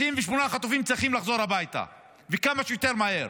98 חטופים צריכים לחזור הביתה כמה שיותר מהר